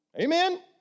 Amen